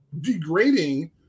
degrading